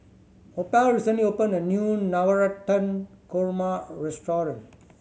Opal recently opened a new Navratan Korma restaurant